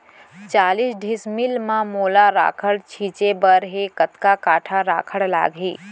चालीस डिसमिल म मोला राखड़ छिंचे बर हे कतका काठा राखड़ लागही?